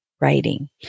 writing